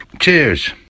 Cheers